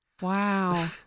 Wow